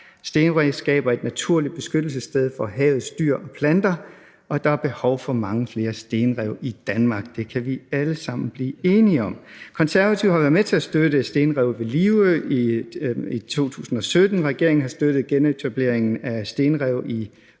Stenrev skaber et naturligt beskyttelsessted for havets dyr og planter, og der er behov for mange flere stenrev i Danmark. Det kan vi alle sammen blive enige om. Konservative har været med til at støtte stenrevet ved Livø i 2017. Regeringen har støttet genetableringen af stenrev i Roskilde